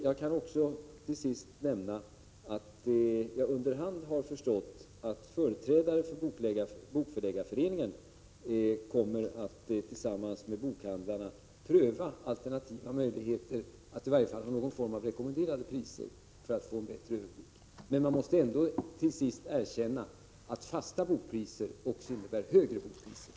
Jag kan också till sist nämna att jag under hand har förstått att företrädare för Bokförläggareföreningen tillsammans med bokhandlarna kommer att pröva alternativa möjligheter att i varje fall ha någon form av rekommenderade priser för att få en bättre överblick. Men man måste ändå erkänna att fasta bokpriser också innebär högre priser.